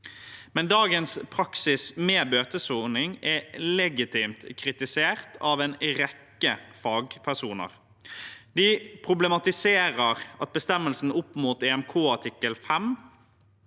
Dagens praksis med bøtesoning er legitimt kritisert av en rekke fagpersoner. De problematiserer bestemmelsen opp mot EMK artikkel 5,